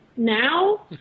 now